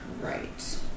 Right